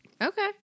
Okay